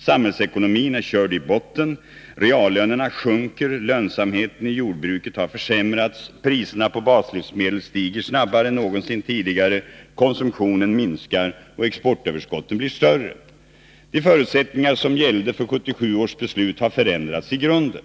Samhällsekonomin är körd i botten, reallönerna sjunker, lönsamheten i jordbruket har försämrats, priserna på baslivsmedel stiger snabbare än någonsin tidigare, konsumtionen minskar och exportöverskotten blir större. De förutsättningar som gällde för 1977 års beslut har förändrats i grunden.